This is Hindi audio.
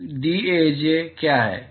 डीएजे क्या है